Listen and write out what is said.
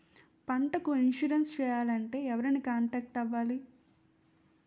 పంటకు ఇన్సురెన్స్ చేయాలంటే ఎవరిని కాంటాక్ట్ అవ్వాలి?